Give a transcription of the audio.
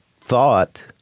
thought